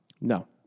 No